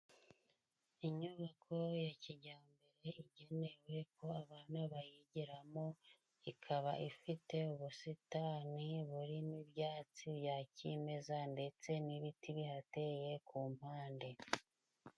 Inyubako ya kijyambere igeneweko abana bayigiramo, ikaba ifite ubusitani burimo ibyatsi bya cyimeza ndetse n'ibiti bihateye ku mpande.